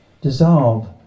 dissolve